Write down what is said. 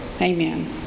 Amen